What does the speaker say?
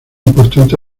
importante